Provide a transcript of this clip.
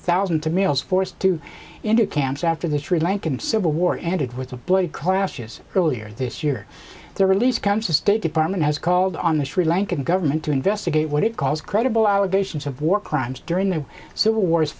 thousand tamils forced to endure camps after the sri lankan civil war ended with a bloody clashes earlier this year their release comes the state department has called on the sri lankan government to investigate what it calls credible allegations of war crimes during the civil war